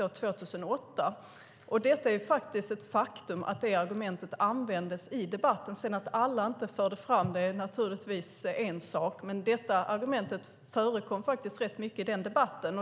Det är ett faktum att det argumentet användes i debatten. Att sedan inte alla förde fram det är naturligtvis en sak, men detta argument förekom faktiskt rätt mycket i den debatten.